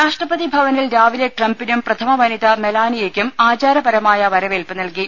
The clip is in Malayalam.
രാഷ്ട്രപതിഭവനിൽ രാവിലെ ട്രംപിനും പ്രഥമ വനിത മെലാനിയക്കും ആചാരപരമായ വരവേൽപ്പ് നൽകി